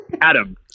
Adam